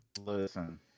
Listen